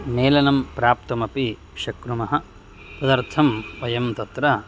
मेलनं प्राप्तुमपि शक्नुमः तदर्थं वयं तत्र